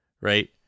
right